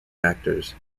factors